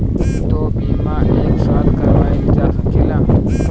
दो बीमा एक साथ करवाईल जा सकेला?